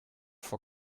for